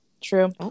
True